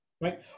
right